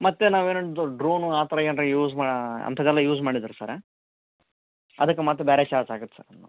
ಮತ್ತೆ ನಾವೇನು ಡ್ರೋನು ಆ ಥರ ಏನರಾ ಯೂಸ್ ಮಾ ಅಂತದ್ದೆಲ್ಲ ಯೂಸ್ ಮಾಡಿದ್ರೆ ಸರ್ ಅದಕ್ಕೆ ಮತ್ತೆ ಬೇರೆ ಚಾರ್ಜ್ ಆಗತ್ತೆ ಸರ್